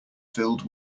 filled